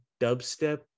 dubstep